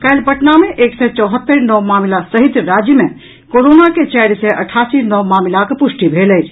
काल्हि पटना मे एक सय चौहत्तरि नव मामिला सहित राज्य मे कोरोना के चारि सय अठासी नव मामिलाक पुष्टि भेल अछि